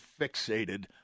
fixated